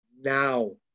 now